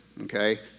okay